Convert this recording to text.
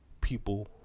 people